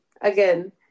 again